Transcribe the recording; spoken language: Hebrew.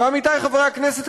ועמיתי חברי הכנסת,